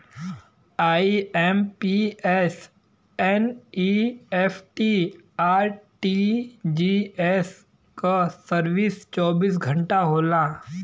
IMPS, NEFT, RTGS क service चौबीस घंटा होला